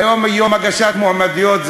היום יום הגשת מועמדויות,